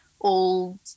old